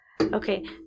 Okay